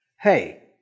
hey